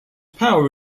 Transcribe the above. power